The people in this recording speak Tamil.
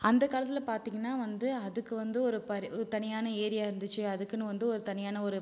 அந்தக் காலத்தில் பார்த்தீங்கன்னா வந்து அதுக்கு வந்து ஒரு பரி ஒரு தனியான ஏரியா இருந்துச்சு அதற்குன்னு வந்து ஒரு தனியான ஒரு